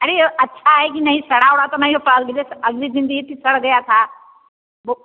अरे अच्छा है कि नहीं सड़ा हुआ तो नहीं हो पाऊँगी जब अगले दिन ली थी सड़ गया था वो